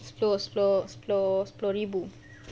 sepuluh sepuluh sepuluh sepuluh ribu